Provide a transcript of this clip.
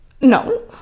no